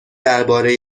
درباره